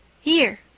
Here